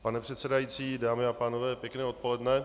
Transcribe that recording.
Pane předsedající, dámy a pánové, pěkné odpoledne.